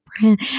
brand